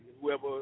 whoever